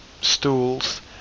stools